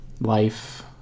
life